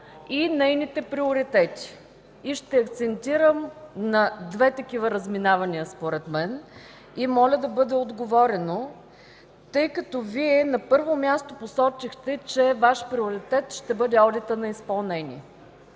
и нейните приоритети. Ще акцентирам на две такива разминавания според мен. Моля да бъде отговорено, тъй като Вие на първо място посочихте, че Ваш приоритет ще бъде одитът на изпълнение.